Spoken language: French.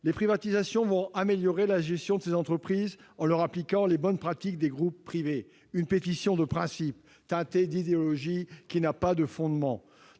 les privatisations amélioreront la gestion de ces entreprises en leur appliquant les bonnes pratiques des groupes privés, n'est qu'une pétition de principe teintée d'idéologie sans aucun fondement.